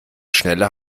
schnelle